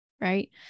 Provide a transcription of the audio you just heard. right